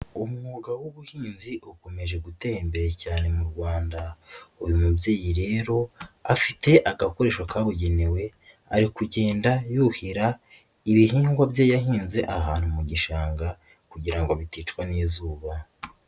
Umwuga w'ubuhinzi ukomeje gutera imbere cyane mu Rwanda, uyu mubyeyi rero afite akakoresho kabugenewe ari kugenda yuhira ibihingwa bye yahinze ahantu mu gishanga kugira ngo biticwa n'izuba.